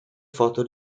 foto